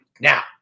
Now